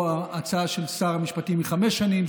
וההצעה של שר המשפטים היא חמש שנים,